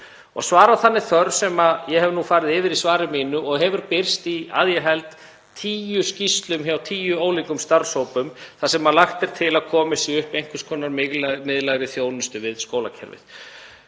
svarað þörf sem ég hef nú farið yfir í svari mínu og hefur birst í að ég held tíu skýrslum um hjá tíu ólíkum starfshópum, þar sem lagt er til að komið sé upp einhvers konar miðlægri þjónustu við skólakerfið.